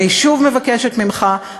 אני שוב מבקשת ממך,